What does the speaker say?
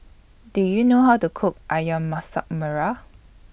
Do YOU know How to Cook Ayam Masak Merah